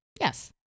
Yes